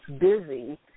busy